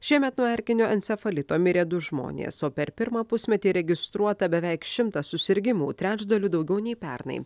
šiemet nuo erkinio encefalito mirė du žmonės o per pirmą pusmetį registruota beveik šimtas susirgimų trečdaliu daugiau nei pernai